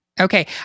Okay